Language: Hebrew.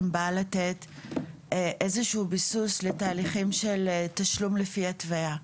בא לתת איזשהו ביסוס לתהליכים של תשלום לפי התוויה.